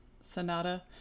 sonata